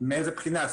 מאיזו בחינה?